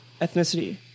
Ethnicity